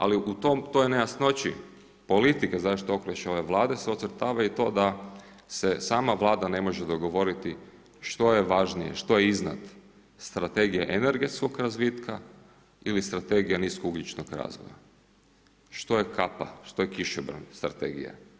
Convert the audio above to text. Ali u toj nejasnoći politike zaštite okoliša ove Vlade se ocrtava i to da se sama Vlada ne može dogovoriti što je važnije, što je iznad Strategije energetskog razvitka ili Strategije niskougljičnog razvoja, što je kapa, što je kišobran strategije.